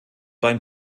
beim